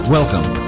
Welcome